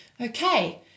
okay